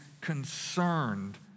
concerned